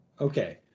okay